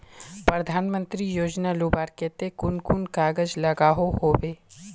प्रधानमंत्री योजना लुबार केते कुन कुन कागज लागोहो होबे?